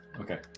Okay